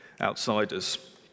outsiders